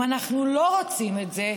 אם אנחנו לא רוצים את זה,